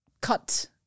cut